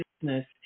business